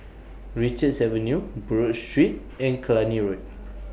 Richards Avenue Buroh Street and Cluny Road